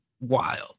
wild